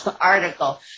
article